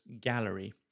gallery